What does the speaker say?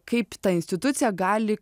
kaip ta institucija gali